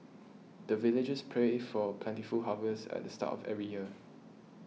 the villagers pray for plentiful harvest at the start of every year